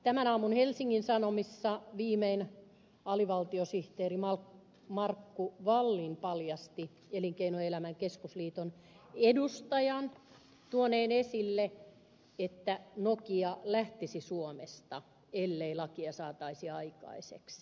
tämän aamun helsingin sanomissa viimein alivaltiosihteeri markku wallin paljasti elinkeinoelämän keskusliiton edustajan tuoneen esille että nokia lähtisi suomesta ellei lakia saataisi aikaiseksi